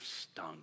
stung